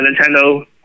Nintendo